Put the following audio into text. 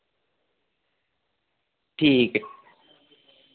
ठीक ऐ